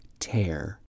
tear